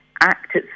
Act